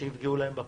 שיפגעו להם בפנסיה.